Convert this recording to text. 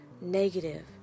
negative